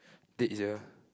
dead !sia!